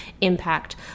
impact